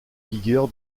vigueur